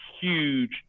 huge